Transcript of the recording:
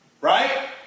Right